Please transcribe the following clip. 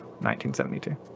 1972